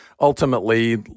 ultimately